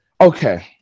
Okay